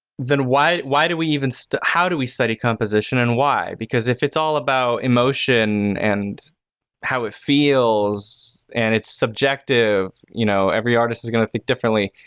then, why why do we even so how do we study composition and why? because if it's all about emotion and how it feels and it's subjective, you know, every artist is going to think differently.